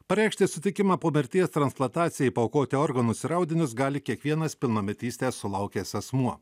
pareikšti sutikimą po mirties transplantacijai paaukoti organus ir audinius gali kiekvienas pilnametystės sulaukęs asmuo